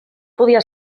podia